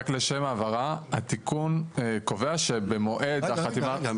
רק לשם ההבהרה התיקון קובע שבמועד החתימה --- רגע,